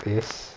yes